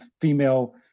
female